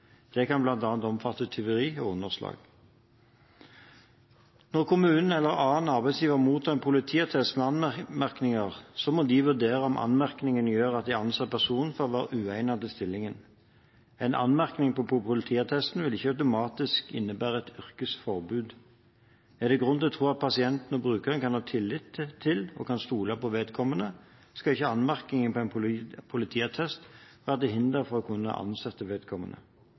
Dette kan bl.a. omfatte tyveri og underslag. Når kommunen eller annen arbeidsgiver mottar en politiattest med anmerkninger, må de vurdere om anmerkningene gjør at de anser personen for å være uegnet til stillingen. En anmerkning på politiattesten vil ikke automatisk innebære et yrkesforbud. Er det grunn til å tro at pasienter og brukere kan ha tillit til og stole på vedkommende, skal ikke en anmerkning på en politiattest være til hinder for å kunne ansette vedkommende.